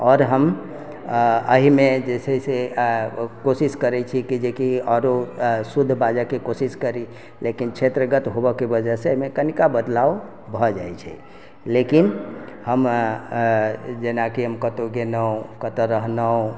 आओर हम एहि मे जे छै से कोशिश करै छी की जेकी आओरो शुद्ध बाजै के कोशिश करी लेकिन क्षेत्रगत होबए के वजह से एहिमे कनिका बदलाव भऽ जाइ छै लेकिन हम जेनाकी हम कतौ गेलहुॅं कतए रहलहुॅं